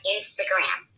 Instagram